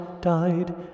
died